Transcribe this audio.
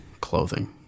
clothing